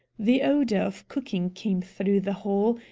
the odor of cooking came through the hall,